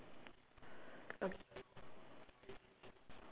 err